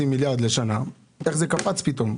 ותגידו איך זה קפץ ככה פתאום.